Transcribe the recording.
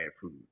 food